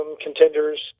contenders